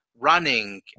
running